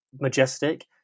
majestic